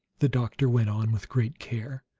the doctor went on, with great care,